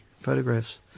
photographs